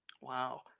Wow